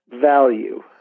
Value